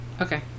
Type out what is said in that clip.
Okay